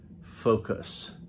focus